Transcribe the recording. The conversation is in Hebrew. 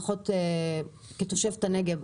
לפחות כתושבת הנגב,